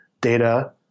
data